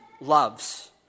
loves